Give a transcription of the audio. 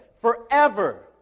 forever